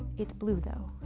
it's blue so